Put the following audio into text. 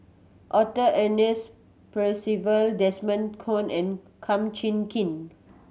Arthur Ernest Percival Desmond Kon and Kum Chee Kin